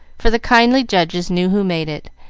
for the kindly judges knew who made it,